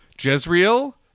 Jezreel